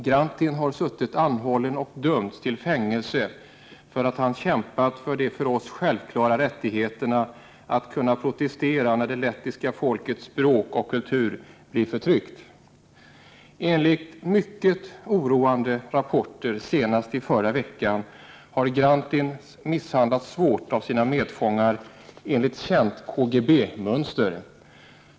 Grantins har suttit anhållen och dömts till fängelse för att han kämpat för de för oss självklara rättigheterna att kunna protestera när det lettiska folkets språk och kultur blir förtryckta. Enligt mycket oroande rapporter senast i förra veckan har Grantins misshandlats svårt av sina medfångar, enligt känt KGB-mönster.